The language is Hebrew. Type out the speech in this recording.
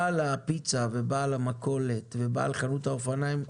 בעל הפיצה, בעל המכולת ובעל חנות האופניים,